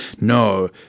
no